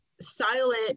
silent